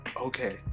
okay